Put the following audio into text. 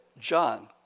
John